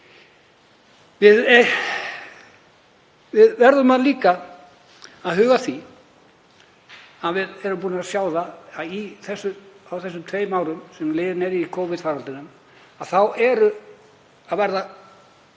Við verðum líka að huga að því að við erum búin að sjá það á þessum tveimur árum sem liðin eru í Covid-faraldrinum að það er að verða